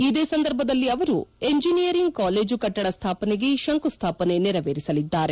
ಇದೇ ಸಂದರ್ಭದಲ್ಲಿ ಅವರು ಇಂಜಿನಿಯರಿಂಗ್ ಕಾಲೇಜು ಕಟ್ಟಡ ಸ್ಥಾಪನೆಗೆ ಶಂಕುಸ್ಥಾಪನೆ ನೆರವೇರಿಸಲಿದ್ದಾರೆ